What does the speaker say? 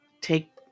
take